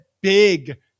big